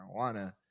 marijuana